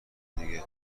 دیگه